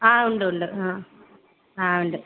ആ ഉണ്ട് ഉണ്ട് ആ ആ ഉണ്ട്